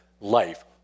life